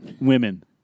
women